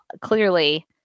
clearly